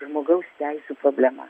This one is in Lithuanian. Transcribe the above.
žmogaus teisių problema